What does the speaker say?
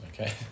okay